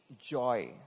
joy